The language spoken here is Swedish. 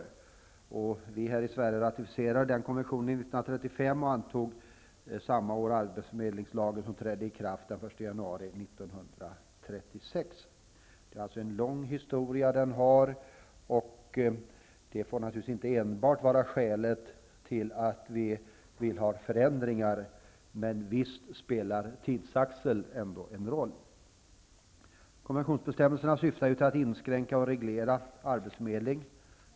I Sverige ratificerades konventionen år 1935, och samma år antogs arbetsförmedlingslagen, som trädde i kraft år ILO-konventionen har en lång historia, vilket naturligtvis inte enbart får vara skälet till att vi vill ha förändringar till stånd, men viss spelar tidsaxeln ändå en roll. Konventionsbestämmelserna syftar till att inskränka och reglera arbetsförmedling.